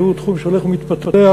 שהוא תחום שהולך ומתפתח,